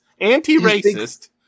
anti-racist